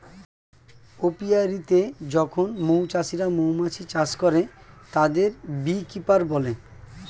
অপিয়া রীতে যখন মৌ চাষিরা মৌমাছি চাষ করে, তাদের বী কিপার বলে